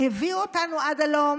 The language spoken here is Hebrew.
שהביאו אותנו עד הלום,